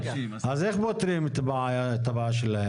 אז איך פותרים את הבעיה שלהם?